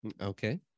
Okay